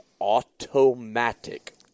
automatic